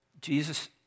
Jesus